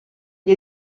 gli